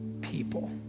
people